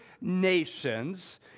nations